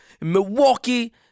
Milwaukee